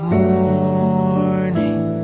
morning